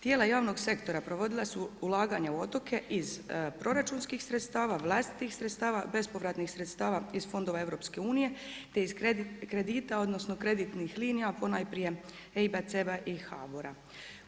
Tijela javnog sektora provodila su ulaganja u otoke, iz proračunskih sredstava, vlastitih sredstava, bespovratnih sredstava iz fondova EU, te iz kredita, odnosno kreditnih linija, ponajprije … i HBOR-a.